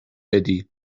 بدی